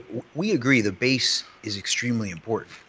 we agree, the base is extremely important.